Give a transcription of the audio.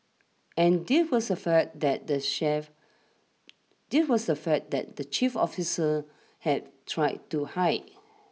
and this was a fact that the chef this was a fact that the chief officers had tried to hide